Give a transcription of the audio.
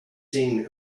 seen